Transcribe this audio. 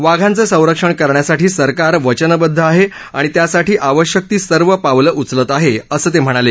वाघांचं संरक्षण करण्यासाठी सरकार वचनबद्ध आहे आणि त्यासाठी आवश्यक ती सर्व पावलं उचलत आहे असं ते म्हणाले